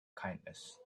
kindness